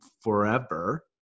forever